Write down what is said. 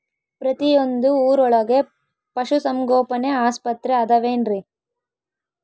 ಪ್ರತಿಯೊಂದು ಊರೊಳಗೆ ಪಶುಸಂಗೋಪನೆ ಆಸ್ಪತ್ರೆ ಅದವೇನ್ರಿ?